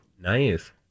Nice